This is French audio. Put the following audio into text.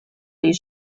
les